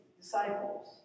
disciples